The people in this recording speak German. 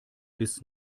bis